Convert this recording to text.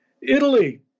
Italy